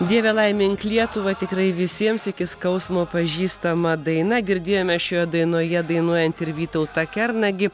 dieve laimink lietuvą tikrai visiems iki skausmo pažįstama daina girdėjome šioje dainoje dainuojant ir vytautą kernagį